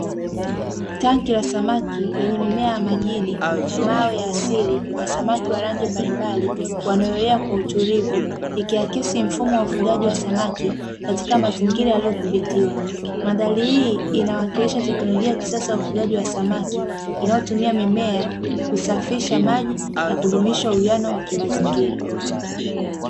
Tanki la samaki lenye mimea ya majini, mawe ya asili na samaki wa rangi mbalimbali wanaoelea kwa utulivu, ikiakisi mfumo wa ufugaji wa samaki katika mazingira yaliyodhibitiwa. Mandhari hii inawakilisha teknolojia ya kisasa ya ufugaji wa samaki inayotumia mimea kusafisha maji na kudumisha uwiano wa kimazingira.